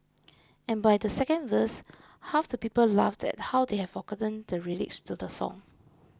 and by the second verse half the people laughed at how they have forgotten the lyrics to the song